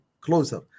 closer